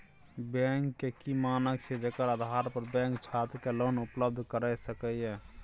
Bank के की मानक छै जेकर आधार पर बैंक छात्र के लोन उपलब्ध करय सके ये?